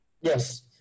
Yes